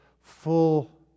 full